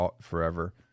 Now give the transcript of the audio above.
forever